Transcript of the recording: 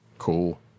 cool